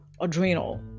adrenal